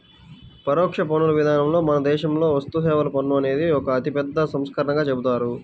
పరోక్ష పన్నుల విధానంలో మన దేశంలో వస్తుసేవల పన్ను అనేది ఒక అతిపెద్ద సంస్కరణగా చెబుతారు